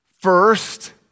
first